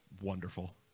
wonderful